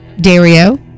Dario